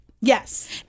Yes